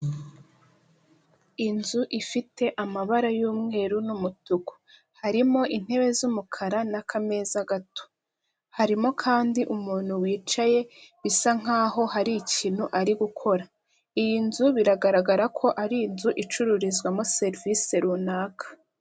Inzu ifite amabara y'umweru n'umutuku, harimo intebe z'umukara n'akameza gato, harimo kandi umuntu wicaye bisa nkaho hari ikintu ari gukora. Iyi nzu biragaragara ko ari inzu icururizwamo serivise runaka.